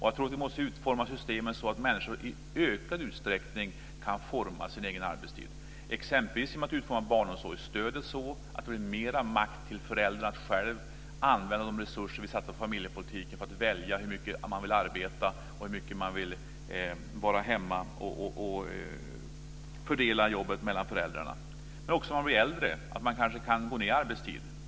Jag tror att vi måste utforma systemet så att människor i ökad utsträckning kan forma sin egen arbetstid, exempelvis genom att barnomsorgsstödet utformas så att det blir mer makt till föräldrarna att själva använda de resurser som vi satsar på familjepolitiken; detta för att kunna välja hur mycket man vill arbeta och hur mycket man vill vara hemma och fördela jobbet mellan föräldrarna. Det handlar också om att man när man blir äldre kanske kan gå ned i arbetstid.